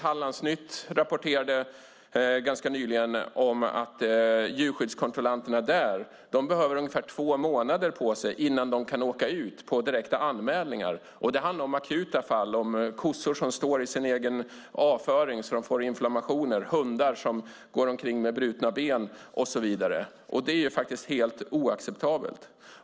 Hallandsnytt rapporterade ganska nyligen om att djurskyddskontrollanter behöver ha ungefär två månader på sig innan de kan åka ut på direkta anmälningar. Det handlar om akuta fall. Det är kossor som står i sin egen avföring, så att de får inflammationer. Det är hundar som går omkring med brutna ben och så vidare. Det är faktiskt helt oacceptabelt.